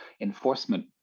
enforcement